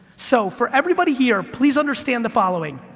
so, for everybody here, please understand the following,